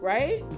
Right